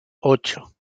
ocho